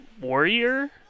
Warrior